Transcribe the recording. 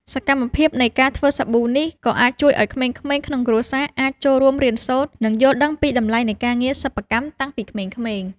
សកម្មភាពនៃការធ្វើសាប៊ូនេះ ក៏អាចជួយឱ្យក្មេងៗក្នុងគ្រួសារអាចចូលរួមរៀនសូត្រ និងយល់ដឹងពីតម្លៃនៃការងារសិប្បកម្មតាំងពីក្មេងៗ។